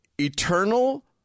eternal